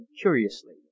curiously